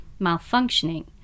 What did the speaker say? malfunctioning